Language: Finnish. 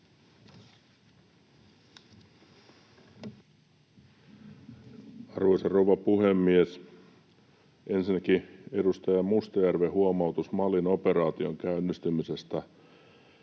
Arvoisa rouva puhemies! Ensinnäkin edustaja Mustajärven huomautus Malin operaation käynnistymisestä